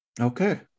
Okay